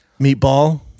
meatball